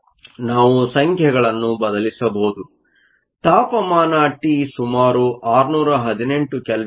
ನಾವು ಸಂಖ್ಯೆಗಳನ್ನು ಬದಲಿಸಬಹುದು ತಾಪಮಾನ T ಸುಮಾರು 618 ಕೆಲ್ವಿನ್ ಆಗಿದೆ